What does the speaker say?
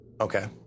Okay